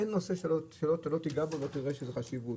אין נושא שלא תיגע בו שלא תראה בו חשיבות,